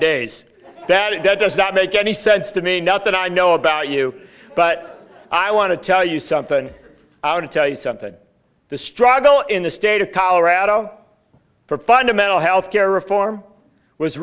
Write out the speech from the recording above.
days that it does not make any sense to me not that i know about you but i want to tell you something out and tell you something the struggle in the state of colorado for fundamental health care reform was